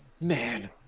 man